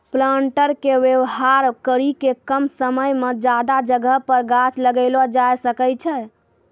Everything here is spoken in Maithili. प्लांटर के वेवहार करी के कम समय मे ज्यादा जगह पर गाछ लगैलो जाय सकै छै